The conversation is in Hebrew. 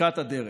צדקת הדרך.